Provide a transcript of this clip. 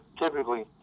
typically